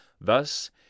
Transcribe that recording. Thus